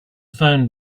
phoned